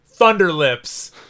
Thunderlips